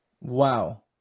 Wow